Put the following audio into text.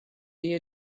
you